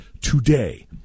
today